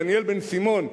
דניאל בן-סימון,